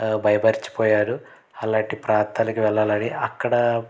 మైమరచిపోయాను అలాంటి ప్రాంతాలకి వెళ్ళాలని అక్కడ